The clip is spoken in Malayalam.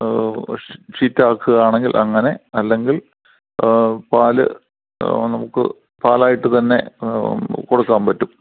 ഷീറ്റ് ആക്കുകയാണെങ്കിൽ അങ്ങനെ അല്ലെങ്കിൽ പാൽ നമുക്ക് പാലായിട്ട് തന്നെ കൊടുക്കാൻ പറ്റും